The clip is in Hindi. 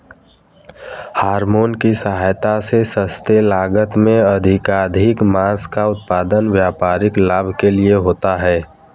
हॉरमोन की सहायता से सस्ते लागत में अधिकाधिक माँस का उत्पादन व्यापारिक लाभ के लिए होता है